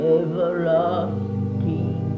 everlasting